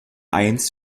eins